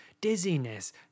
dizziness